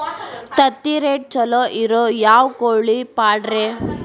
ತತ್ತಿರೇಟ್ ಛಲೋ ಇರೋ ಯಾವ್ ಕೋಳಿ ಪಾಡ್ರೇ?